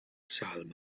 salma